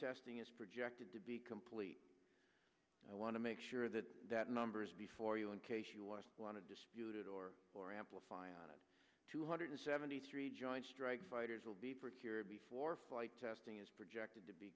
testing is projected to be complete i want to make sure that that number is before you in case you want to want to dispute it or or amplify on it two hundred seventy three joint strike fighters will be for a cure before flight testing is projected to be